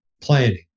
planning